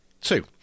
two